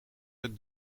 dat